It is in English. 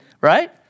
right